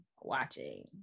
watching